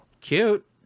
cute